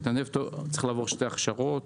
מתנדב צריך לעבור שתי הכשרות.